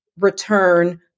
return